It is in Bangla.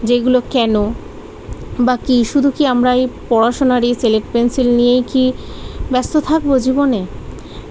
যে এগুলো কেন বা কী শুধু কি আমরা এই পড়াশোনার এই স্লেট পেনসিল নিয়েই কি ব্যস্ত থাকবো জীবনে